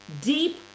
deep